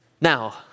Now